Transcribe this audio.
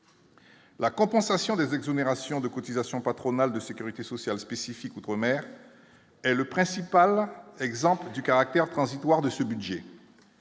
La compensation des exonérations de cotisations patronales de Sécurité sociale spécifique outre-mer est le principal exemple du caractère transitoire de ce budget,